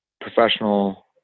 professional